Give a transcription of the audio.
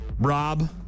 Rob